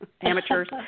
amateurs